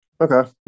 Okay